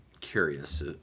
curious